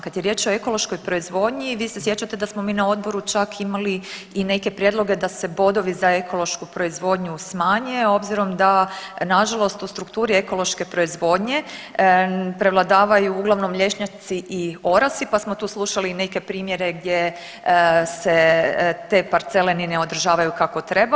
Kad je riječ o ekološkoj proizvodnji, vi se sjećate da smo mi na odboru čak imali i neke prijedloge da se bodovi za ekološku proizvodnju smanje obzirom da na žalost u strukturi ekološke proizvodnje prevladavaju uglavnom lješnjaci i orasi, pa smo tu slušali i neke primjere gdje se te parcele ni ne održavaju kako treba.